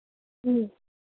जी